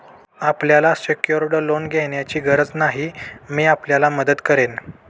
आपल्याला secured loan घेण्याची गरज नाही, मी आपल्याला मदत करेन